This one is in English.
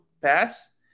pass